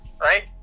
right